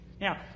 Now